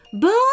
But